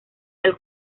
del